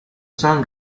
san